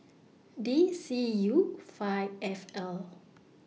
D C U five F L